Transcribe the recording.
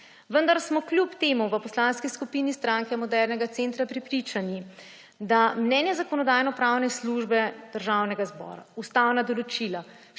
Vendar smo kljub temu v Poslanski skupini Stranke modernega centra prepričani, da mnenje Zakonodajno-pravne službe Državnega zbora, ustavna določila,